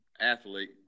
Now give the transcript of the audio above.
athlete